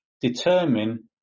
determine